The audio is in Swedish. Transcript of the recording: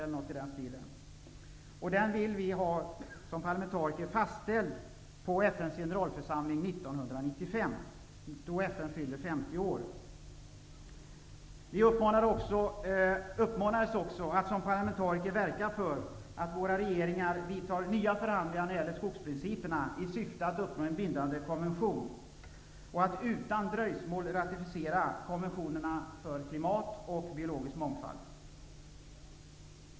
Vi parlamentariker vill ha denna fastställd av FN:s generalförsamling 1995, då Vi uppmanades också att som parlamentariker verka för att våra regeringar tar upp nya förhandlingar när det gäller skogsprinciperna i syfte att uppnå en bindande konvention och att utan dröjsmål ratificera konventionerna för klimat och biologisk mångfald.